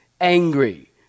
angry